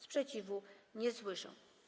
Sprzeciwu nie słyszę.